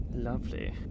lovely